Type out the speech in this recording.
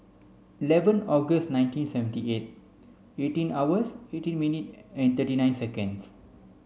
eleven August nineteen seventy eight eighteen hours eighteen minute and thirty nine seconds